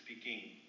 speaking